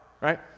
right